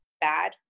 bad